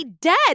dead